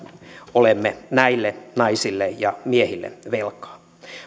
olemme näille naisille ja miehille velkaa